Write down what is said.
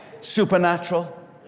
supernatural